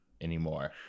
anymore